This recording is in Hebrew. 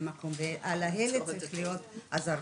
בשביל להגיע למקום ועל האלה צריך להיות הזרקור.